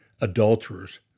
adulterers